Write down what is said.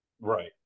Right